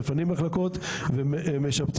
מפנים מחלקות ומשפצים,